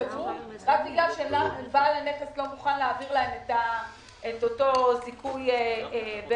סגרו רק בגלל שבעל הנכס לא מוכן להעביר להם את אותו זיכוי בארנונה.